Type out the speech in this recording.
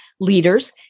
leaders